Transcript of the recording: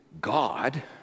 God